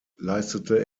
leistete